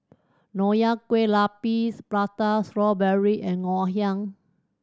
Nonya Kueh Lapis Prata Strawberry and Ngoh Hiang